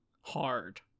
hard